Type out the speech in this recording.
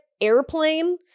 Airplane